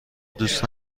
دوست